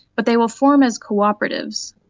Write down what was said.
but they will form as cooperatives,